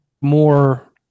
more